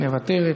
מוותרת,